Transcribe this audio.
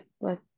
let